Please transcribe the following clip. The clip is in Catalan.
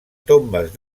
tombes